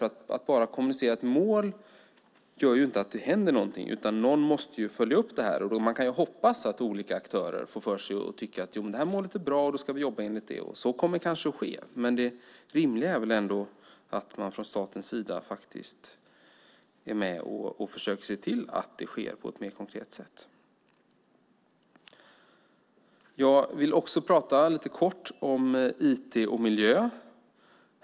Att bara kommunicera ett mål gör inte att det händer någonting, utan någon måste följa upp det. Man kan hoppas att olika aktörer får för sig att tycka att detta mål är bra och att de ska jobba enligt det. Så kommer kanske att ske, men det rimliga är väl att man från statens sida är med och försöker se till att det sker på ett mer konkret sätt. Jag vill också prata lite kort om IT och miljö.